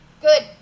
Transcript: Good